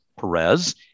Perez